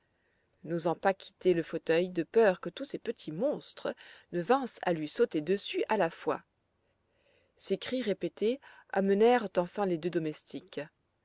n'osant pas quitter le fauteuil de peur que tous ces petits monstres ne vinssent à lui sauter dessus à la fois ses cris répétés amenèrent enfin les deux domestiques